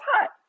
hot